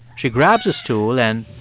she grabs a stool and.